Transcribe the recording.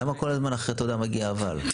למה כל הזמן אחרי "תודה" מגיע "אבל"?